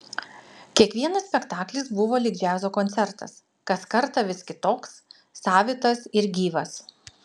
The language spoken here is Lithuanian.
kiekvienas spektaklis buvo lyg džiazo koncertas kas kartą vis kitoks savitas ir gyvas